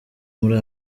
muri